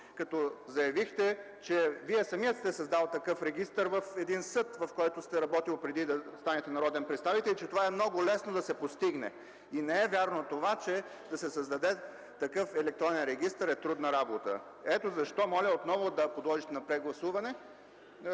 като заявихте, че Вие самият сте създал такъв регистър в един съд, в който сте работил, преди да станете народен представител и че това е много лесно да се постигне. Не е вярно това, че да се създаде такъв електронен регистър е трудна работа. Ето защо моля отново да подложите на прегласуване